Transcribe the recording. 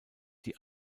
die